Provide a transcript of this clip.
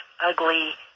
ugly